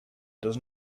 does